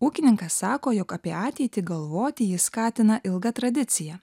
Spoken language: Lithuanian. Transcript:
ūkininkas sako jog apie ateitį galvoti jį skatina ilga tradicija